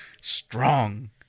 Strong